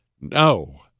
no